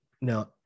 no